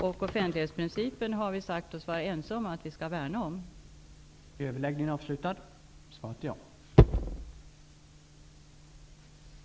Dessutom har vi sagt oss att vi skall vara ense om att vi skall värna om offentlighetsprincipen.